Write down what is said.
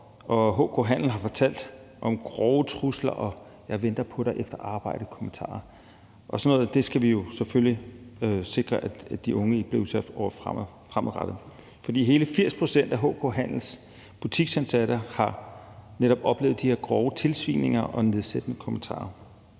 HK Handel har fortalt om grove trusler og jeg venter på dig efter arbejde-kommentarer. Sådan noget skal vi selvfølgelig sikre de unge ikke bliver udsat for fremadrettet. Hele 80 pct. af HK Handels butiksansatte har netop oplevet de her grove tilsvininger og nedsættende kommentarer.